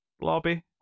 lobby